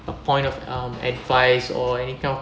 the point of um advice or any kind of